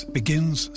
begins